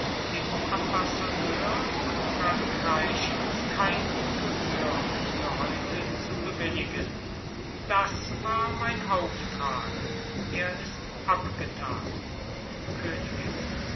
dem ambassadeur von frankreich kein gehör für heute zu bewilligen das war mein auftrag er ist abgetan königin